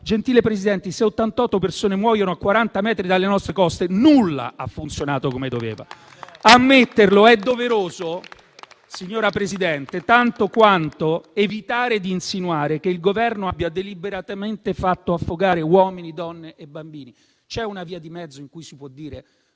Gentile Presidente, se 88 persone muoiono a 40 metri dalle nostre coste, nulla ha funzionato come doveva. Ammetterlo è doveroso, signora Presidente, tanto quanto evitare di insinuare che il Governo abbia deliberatamente fatto affogare uomini, donne e bambini. C'è una via di mezzo in cui si può dire